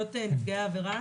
זכויות נפגעי עבירה